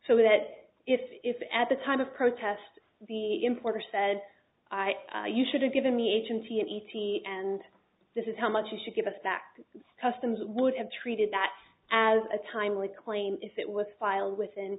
so that if if at the time of protest the importer said i you should have given me agency an e t f and this is how much you should give us back customs would have treated that as a timely claim if it was filed